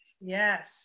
Yes